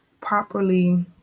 properly